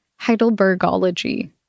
Heidelbergology